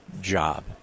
job